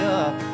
up